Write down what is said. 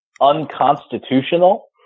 unconstitutional